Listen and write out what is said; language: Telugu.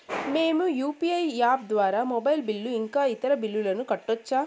మేము యు.పి.ఐ యాప్ ద్వారా మొబైల్ బిల్లు ఇంకా ఇతర బిల్లులను కట్టొచ్చు